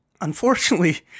unfortunately